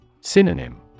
Synonym